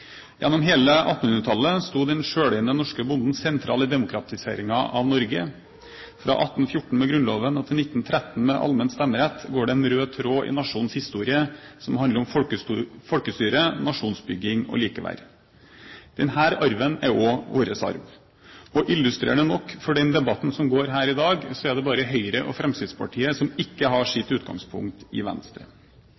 Gjennom hele 1800-tallet sto den selveiende norske bonden sentralt i demokratiseringen av Norge. Fra 1814 med Grunnloven og til 1913 med allmenn stemmerett går det en rød tråd i nasjonens historie som handler om folkestyre, nasjonsbygging og likeverd. Denne arven er også vår arv. Illustrerende nok for den debatten som går her i dag, er det bare Høyre og Fremskrittspartiet som ikke har